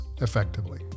effectively